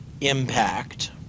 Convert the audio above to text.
impact